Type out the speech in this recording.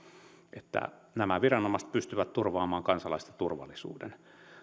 että nämä viranomaiset pystyvät turvaamaan kansalaisten turvallisuuden